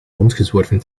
rondgezworven